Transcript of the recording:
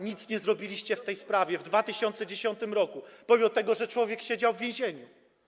Nic nie zrobiliście w tej sprawie w 2010 r., mimo że człowiek siedział w więzieniu.